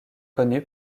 connu